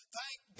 thank